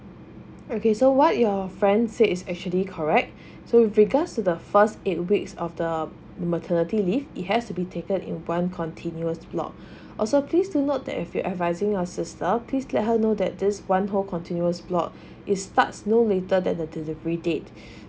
okay so what your friend said is actually correct so with regards to the first eight weeks of the maternity leave it has to be taken in one continuous block also please to note that if you're advising a sister please let her know that this one whole continuous block it's starts no later than the delivery date